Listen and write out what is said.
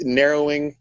narrowing